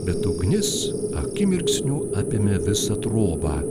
bet ugnis akimirksniu apėmė visą trobą